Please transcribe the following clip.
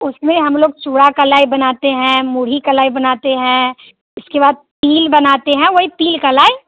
उसमें हम लोग चूड़ा का लाई बनाते हैं मुरही का लाई बनाते हैं इसके बाद तिल बनाते है वही तिल कालाई